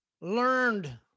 learned